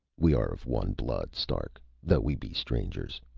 we are of one blood, stark, though we be strangers.